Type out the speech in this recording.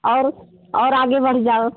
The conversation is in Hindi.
और और आगे बढ़ जाओ